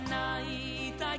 night